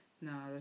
No